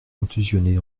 contusionné